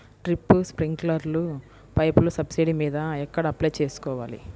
Drip, స్ప్రింకర్లు పైపులు subsidy మీద ఎక్కడ అప్లై చేసుకోవాలి?